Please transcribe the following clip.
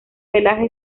pelaje